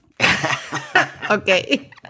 Okay